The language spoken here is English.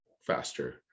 faster